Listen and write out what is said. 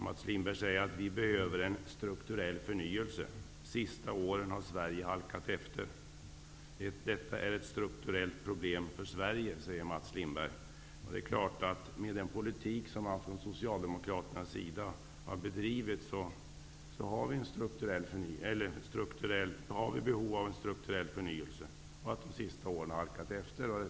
Mats Lindberg sade att vi behöver en strukturell förnyelse. Sverige har halkat efter de senaste åren. Detta är ett strukturellt problem för Sverige, säger Mats Lindberg. Med den politik som Socialdemokraterna har bedrivit har vi behov en strukturell förnyelse. Vi har halkat efter de senaste åren.